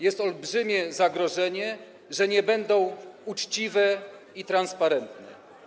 Jest olbrzymie zagrożenie, że nie będą uczciwe i transparentne.